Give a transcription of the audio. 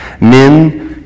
Men